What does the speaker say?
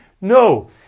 no